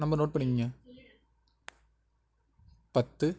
number note பண்ணிக்கோங்க பத்து